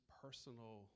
personal